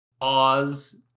Oz